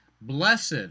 blessed